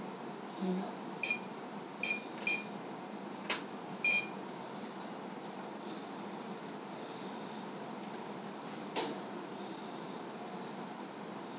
mm